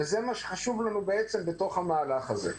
זה מה שחשוב לנו בתוך המהלך הזה.